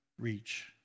reach